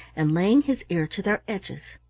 and laying his ear to their edges.